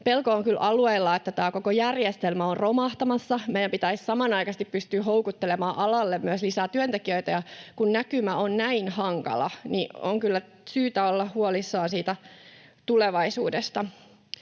pelko on kyllä alueilla, että tämä koko järjestelmä on romahtamassa. Meidän pitäisi samanaikaisesti pystyä houkuttelemaan alalle myös lisää työntekijöitä, ja kun näkymä on näin hankala, on kyllä syytä olla huolissaan siitä tulevaisuudesta.